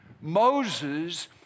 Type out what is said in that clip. Moses